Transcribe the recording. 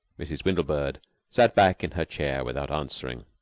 mrs. windlebird sat back in her chair without answering.